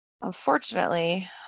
Unfortunately